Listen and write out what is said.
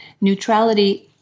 neutrality